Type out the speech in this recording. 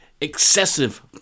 excessive